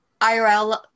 IRL